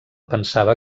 pensava